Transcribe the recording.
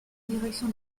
direction